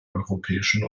europäischen